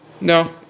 No